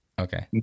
Okay